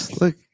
look